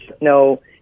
no